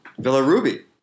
Villaruby